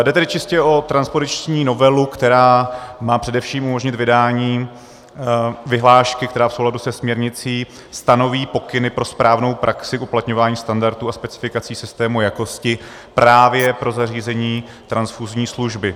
Jde tedy čistě o transpoziční novelu, která má především umožnit vydání vyhlášky, která v souladu se směrnicí stanoví pokyny pro správnou praxi v uplatňování standardů a specifikací systému jakosti právě pro zařízení transfuzní služby.